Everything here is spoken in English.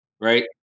right